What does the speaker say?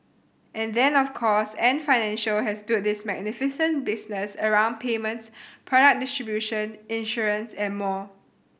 and then of course Ant Financial has built this magnificent business around payments product distribution insurance and more